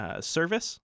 service